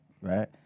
right